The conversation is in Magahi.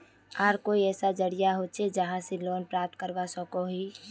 आर कोई ऐसा जरिया होचे जहा से लोन प्राप्त करवा सकोहो ही?